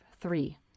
three